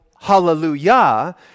hallelujah